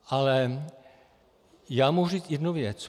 Ale já mohu říci jednu věc.